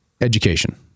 education